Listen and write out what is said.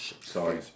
Sorry